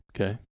Okay